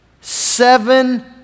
Seven